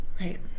Right